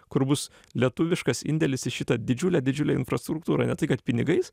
kur bus lietuviškas indėlis į šitą didžiulę didžiulę infrastruktūrą ir ne tai kad pinigais